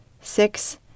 six